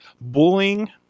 bullying